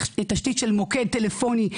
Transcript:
תשתית של מוקד טלפוני,